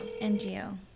NGO